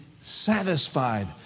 satisfied